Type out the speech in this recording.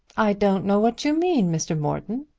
i don't know what you mean, mr. morton.